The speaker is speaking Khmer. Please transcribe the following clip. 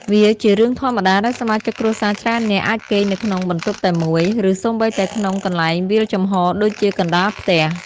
វាជារឿងធម្មតាដែលសមាជិកគ្រួសារច្រើននាក់ អាចគេងនៅក្នុងបន្ទប់តែមួយ ឬសូម្បីតែក្នុងកន្លែងវាលចំហរដូចជាកណ្ដាលផ្ទះ។